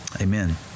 Amen